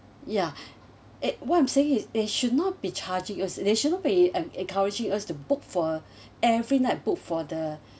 ya uh what I'm saying is they should not be charging us they should not be en~ encouraging us to book for every night book for the